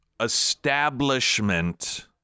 establishment